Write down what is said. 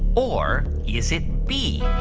or is it b,